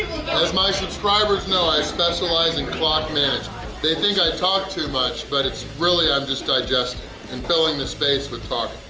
as my subscribers know, i specialize in clock management! they think i talk too much but it's really i'm just digesting and filling the space with talking.